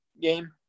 game